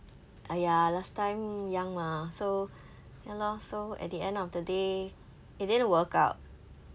!aiya! last time young mah so ya lor so at the end of the day it didn't work out